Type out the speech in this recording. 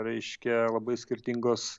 reiškia labai skirtingos